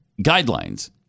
guidelines